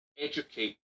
educate